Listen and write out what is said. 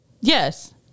Yes